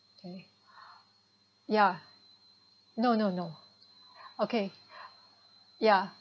okay ya no no no okay ya